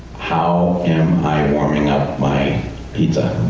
how am i um warming up my pizza?